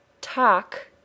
Talk